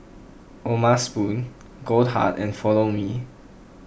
O'ma Spoon Goldheart and Follow Me